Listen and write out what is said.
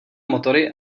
motory